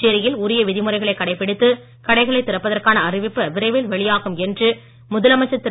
புதுச்சேரியில் உரிய விதிமுறைகளை கடைபிடித்து கடைகளை திறப்பதற்கான அறிவிப்பு விரைவில் வெளியாகும் என்று முதலமைச்சர் திரு